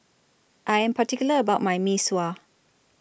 I Am particular about My Mee Sua